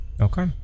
Okay